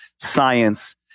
science